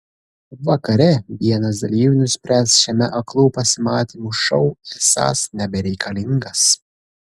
vakare vienas dalyvių nuspręs šiame aklų pasimatymų šou esąs nebereikalingas